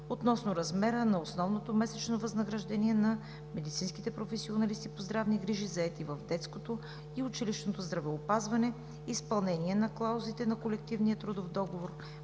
относно размера на основното месечно възнаграждение на медицинските професионалисти по здравни грижи, заети в детското и училищното здравеопазване, изпълнение на клаузите на колективния трудов договор